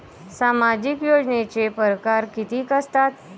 सामाजिक योजनेचे परकार कितीक असतात?